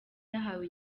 yahawe